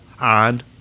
on